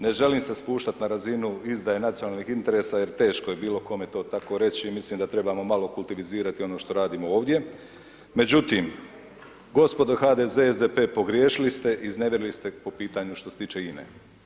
Ne želim se spuštat na razinu izdaje nacionalnih interesa jer teško je bilo kome to tako reći i mislim da trebamo malo kultivizirati ono što radimo ovdje, međutim gospodo HDZ, SDP pogriješili ste iznevjerili ste po pitanju što se tiče INE.